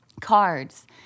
cards